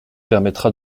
permettra